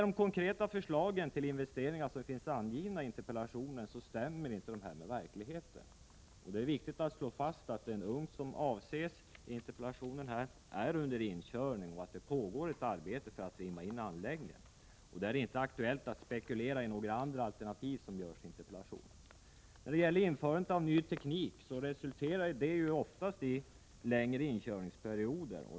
De konkreta förslag till investeringar som anges i interpellationen stämmer inte med verkligheten. Det är viktigt att slå fast att den ugn som avses i interpellationen är under inkörning och att det pågår ett arbete för att trimma in anläggningen. Det är inte aktuellt att spekulera i några alternativ, såsom sker i interpellationen. Införandet av ny teknik resulterar ofta i längre inkörningsperioder.